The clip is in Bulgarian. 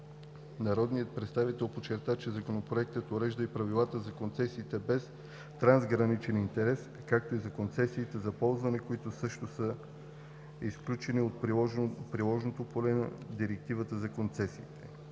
Народният представител подчерта, че Законопроектът урежда и правилата за концесиите без трансграничен интерес, както и за концесиите за ползване, които също са изключени от приложното поле на Директивата за концесиите.